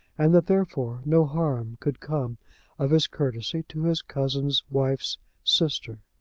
and that, therefore, no harm could come of his courtesy to his cousin's wife's sister.